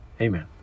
Amen